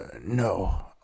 no